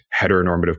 heteronormative